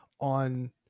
on